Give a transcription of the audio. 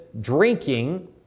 drinking